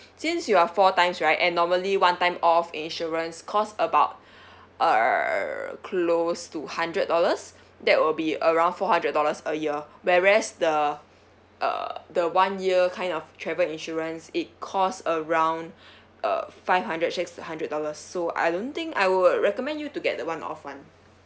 since you are four times right and normally one time off insurance costs about err close to hundred dollars that will be around four hundred dollars a year whereas the uh the one year kind of travel insurance it cost around uh five hundred six hundred dollars so I don't think I would recommend you to get one off one